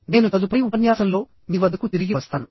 నేను తదుపరి ఉపన్యాసంలో మీ వద్దకు తిరిగి వస్తాను